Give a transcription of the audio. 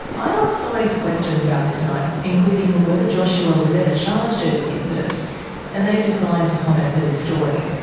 i asked police questions about this night including whether joshua was ever charged over the incident and they've declined to comment for this story.